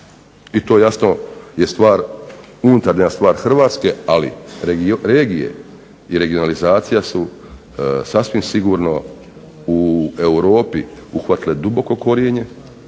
i to jasno je stvar, unutarnja stvar Hrvatske. Ali regije i regionalizacija su sasvim sigurno u Europi uhvatile duboko korijenje,